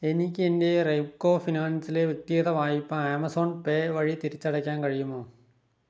എനിക്ക് എൻ്റെ റെപ്കോ ഫിനാൻസിലെ വ്യക്തിഗത വായ്പ ആമസോൺ പേ വഴി തിരിച്ചടയ്ക്കാൻ കഴിയുമോ